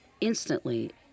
instantly